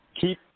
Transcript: Keep